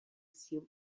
сил